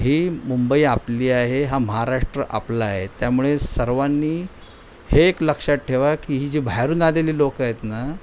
ही मुंबई आपली आहे हा महाराष्ट्र आपला आहे त्यामुळे सर्वांनी हे एक लक्षात ठेवा की ही जी बाहेरून आलेली लोक आहेत ना